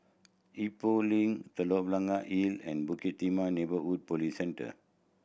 Expo Link Telok Blangah Hill and Bukit Timah Neighbourhood Police Centre